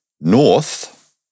North